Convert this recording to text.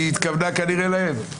היא התכוונה כנראה להם.